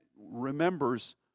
remembers